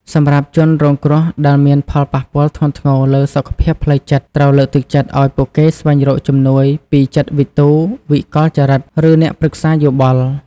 សម្រាប់ជនរងគ្រោះដែលមានផលប៉ះពាល់ធ្ងន់ធ្ងរលើសុខភាពផ្លូវចិត្ត ត្រូវលើកទឹកចិត្តឲ្យពួកគេស្វែងរកជំនួយពីចិត្តវិទូ វិកលចរិត ឬអ្នកប្រឹក្សាយោបល់។